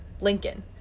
lincoln